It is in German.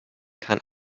kann